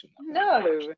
No